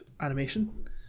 animation